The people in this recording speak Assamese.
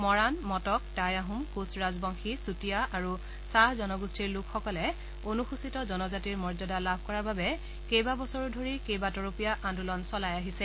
মৰাণ মটক টাই আহোম কোচ ৰাজবংশী চুতীয়া আৰু চাহ জনগোষ্ঠীৰ লোকসকলে অনুসূচিত জনজাতিৰ মৰ্যাদা লাভ কৰাৰ বাবে কেইবাবছৰো ধৰি কেইবা তৰপীয়া আন্দোলন চলাই আহিছে